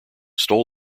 stole